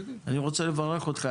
אני רוצה לברך אותך,